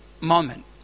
moment